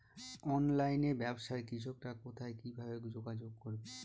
অনলাইনে ব্যবসায় কৃষকরা কোথায় কিভাবে যোগাযোগ করবে?